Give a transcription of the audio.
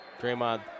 Draymond